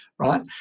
Right